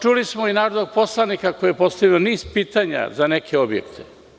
Čuli smo i narodnog poslanika koji je postavio niz pitanja za neke objekte.